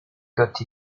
got